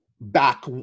back